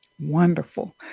Wonderful